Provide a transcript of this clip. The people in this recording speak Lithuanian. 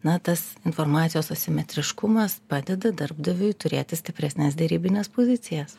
na tas informacijos asimetriškumas padeda darbdaviui turėti stipresnes derybines pozicijas